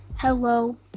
Hello